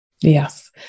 Yes